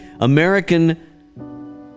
American